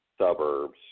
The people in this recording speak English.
suburbs